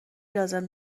لازم